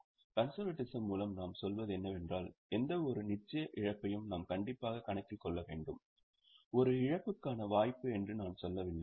conservatism மூலம் நாம் சொல்வது என்னவென்றால் எந்தவொரு நிச்சய இழப்பையும் நாம் கண்டிப்பாக கணக்கில் கொள்ள வேண்டும் ஒரு இழப்புக்கான வாய்ப்பு என்று நான் சொல்லவில்லை